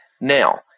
Now